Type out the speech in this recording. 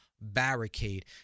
barricade